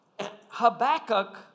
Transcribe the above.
Habakkuk